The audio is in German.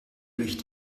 durch